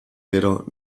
gero